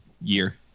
year